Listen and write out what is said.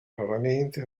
raramente